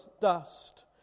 dust